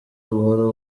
buhoro